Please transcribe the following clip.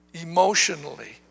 emotionally